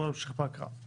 בואו נמשיך בהקראה.